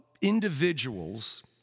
individuals